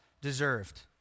deserved